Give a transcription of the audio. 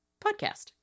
podcast